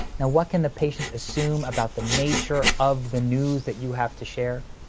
now what can the patient assume about the nature of the news that you have to share.